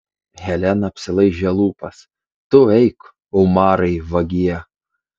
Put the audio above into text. helena apsilaižė lūpas tu eik umarai vagie